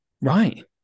right